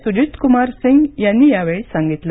सुजित कुमार सिंग यांनी यावेळी सांगितलं